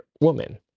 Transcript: woman